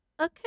okay